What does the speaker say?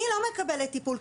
אני לא מקבלת טיפול,